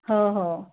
हो हो